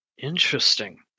interesting